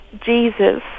Jesus